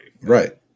Right